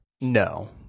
no